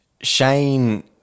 Shane